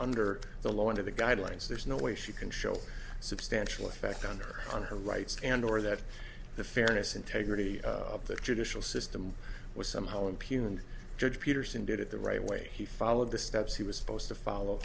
under the law under the guidelines there's no way she can show substantial effect on her on her rights and or that the fairness integrity of the judicial system was somehow impugn judge peterson did it the right way he followed the steps he was supposed to follow